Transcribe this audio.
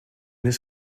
his